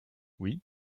oui